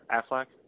Affleck